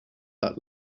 that